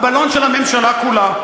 הבלון של הממשלה כולה.